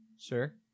Sure